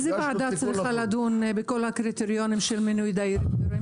איזה וועדה צריכה לדון בכל הקריטריונים של מינוי דירקטורים?